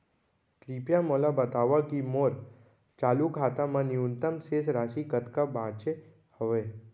कृपया मोला बतावव की मोर चालू खाता मा न्यूनतम शेष राशि कतका बाचे हवे